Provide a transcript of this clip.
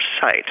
site